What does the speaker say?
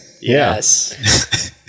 Yes